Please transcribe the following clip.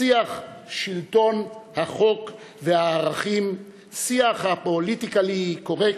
שיח שלטון החוק והערכים, שיח הפוליטיקלי-קורקט,